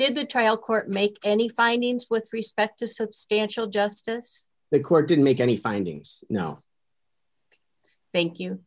did the trial court make any findings with respect to substantial justice the court didn't make any findings no thank you